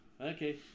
Okay